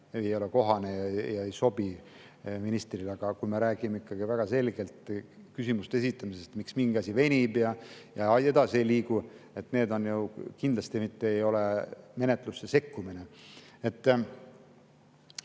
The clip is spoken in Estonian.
ei ole kohane ja ei sobi ministrile. Aga kui me räägime ikkagi väga selgelt küsimuste esitamisest, miks mingi asi venib ja edasi ei liigu, siis see kindlasti ei ole menetlusse sekkumine.